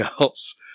else